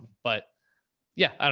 but yeah, i don't